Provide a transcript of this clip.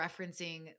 referencing